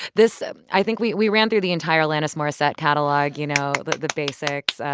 this i think we we ran through the entire alanis morissette catalog. you know, like the basics